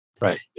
Right